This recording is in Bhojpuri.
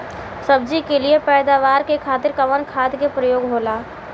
सब्जी के लिए पैदावार के खातिर कवन खाद के प्रयोग होला?